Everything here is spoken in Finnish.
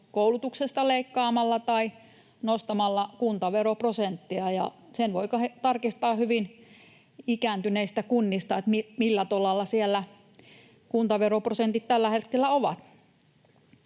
koulutuksesta leikkaamalla tai nostamalla kuntaveroprosenttia, ja sen voi tarkistaa hyvin ikääntyneistä kunnista, millä tolalla siellä kuntaveroprosentit tällä hetkellä ovat.